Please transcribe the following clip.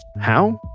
how?